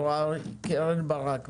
קרן ברק,